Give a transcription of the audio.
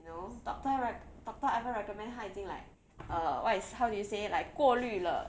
you know doctor doctor ivan recommend 他已经 like err what is how do you say like 过滤了